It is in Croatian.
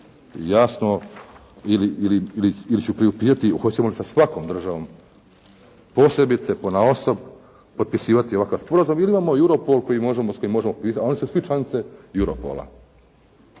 jasno ili ću priupitati hoćemo li sa svakom državom posebice ponaosob potpisivati ovakav sporazum ili imamo Europol s kojim možemo potpisati, a oni su svi članice Juropola